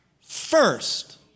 first